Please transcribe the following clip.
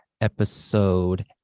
episode